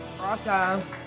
Awesome